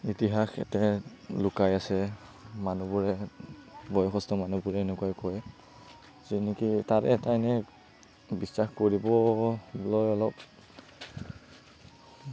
ইতিহাস এটা লুকাই আছে মানুহবোৰে বয়সস্থ মানুহবোৰে এনেকুৱাই কয় যেনেকে তাৰ এটা এনে বিশ্বাস কৰিবলৈ অলপ